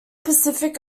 pacific